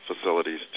facilities